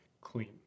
clean